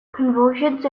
convulsions